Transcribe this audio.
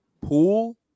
pool